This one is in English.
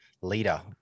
leader